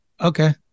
okay